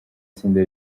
tsinda